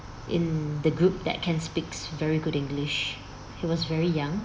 in the group that can speaks very good english he was very young